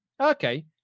okay